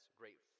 great